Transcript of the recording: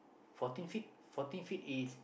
fourteen feet fourteen feet is